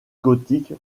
gothique